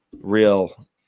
real